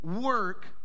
work